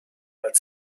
but